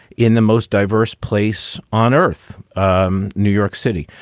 in the most diverse place on earth, um new york city.